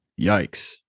yikes